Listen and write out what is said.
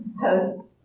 posts